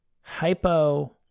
Hypo